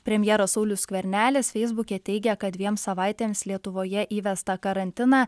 premjeras saulius skvernelis feisbuke teigia kad dviem savaitėms lietuvoje įvestą karantiną